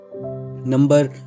Number